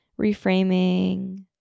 Reframing